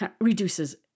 reduces